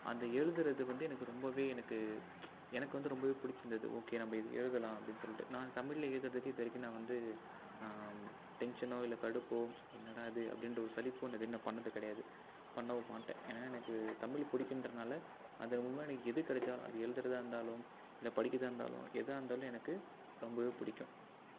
அந்த எழுதுகிறது வந்து எனக்கு ரொம்பவே எனக்கு எனக்கு வந்து ரொம்பவே பிடிச்சிருந்துது ஓகே நம்ம இது எழுதலாம் அப்படின் சொல்லிட்டு நான் தமிழில் எழுதுறதுக்கு இதுவரைக்கும் நான் வந்து டென்ஷனோ இல்லை கடுப்போ என்னடா இது அப்படின்ற ஒரு சலிப்போ எதுவுமே நான் பண்ணது கிடையாது பண்ணவும் மாட்டேன் ஏன்னால் எனக்கு தமிழ் பிடிக்குன்றனால அது மூலமாக எனக்கு எது கிடைச்சாலும் அது எழுதுகிறதா இருந்தாலும் இல்லை படிக்கின்றதா இருந்தாலும் எதாக இருந்தாலும் எனக்கு ரொம்பவே பிடிக்கும்